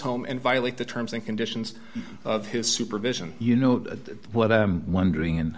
home and violate the terms and conditions of his supervision you know what i am wondering